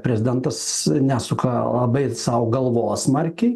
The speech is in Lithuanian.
prezidentas nesuka labai sau galvos smarkiai